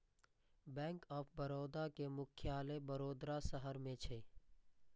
bank of Baroda के मुख्यालय वडोदरा शहर मे छै